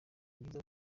nibyiza